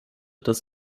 das